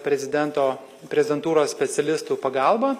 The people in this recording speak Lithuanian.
prezidento prezidentūros specialistų pagalbą